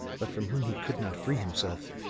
but from whom he could not free himself.